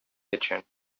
kitchen